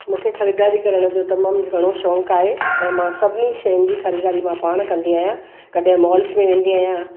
मूंखे ख़रीदारी करण जो तमामु घणो शौक़ु आहे ऐं मां सभिनी शयुनि जी ख़रीदारी मां पाण कंदी आहियां कॾहिं मॉल्स में वेंदी आहियां